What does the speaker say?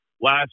last